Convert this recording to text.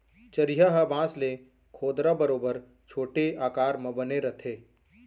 चरिहा ह बांस ले खोदरा बरोबर छोटे आकार म बने रथे